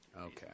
okay